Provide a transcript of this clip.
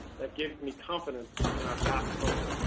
that gives me confidence in our path forward.